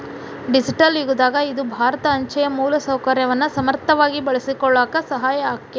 digital ಯುಗದಾಗ ಇದು ಭಾರತ ಅಂಚೆಯ ಮೂಲಸೌಕರ್ಯವನ್ನ ಸಮರ್ಥವಾಗಿ ಬಳಸಿಕೊಳ್ಳಾಕ ಸಹಾಯ ಆಕ್ಕೆತಿ